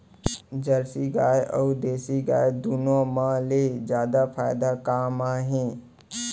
Jersey गाय अऊ देसी गाय दूनो मा ले जादा फायदा का मा हे?